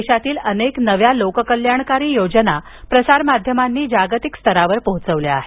देशातील अनेक नव्या लोककल्याणकारी योजना प्रसारमाध्यमांनी जागतिक स्तरावर पोहोचवल्या आहेत